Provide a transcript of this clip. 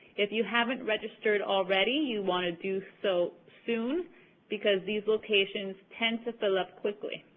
if you haven't registered already, you want to do so soon because these locations tend to fill up quickly.